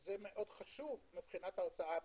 שזה מאוד חשוב מבחינת ההוצאה הממשלתית,